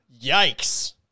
Yikes